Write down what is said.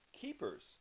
Keepers